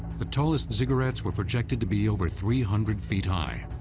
the tallest ziggurats were projected to be over three hundred feet high,